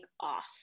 off